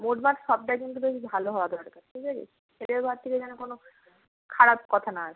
মোটমাট সবটাই কিন্তু বেশ ভালো হওয়া দরকার ঠিক আছে ছেলের ঘর থেকে যেন কোনো খারাপ কথা না আসে